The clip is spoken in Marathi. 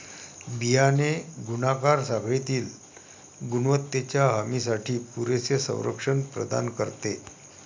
बियाणे गुणाकार साखळीतील गुणवत्तेच्या हमीसाठी पुरेसे संरक्षण प्रदान करते